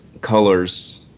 colors